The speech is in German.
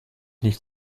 nicht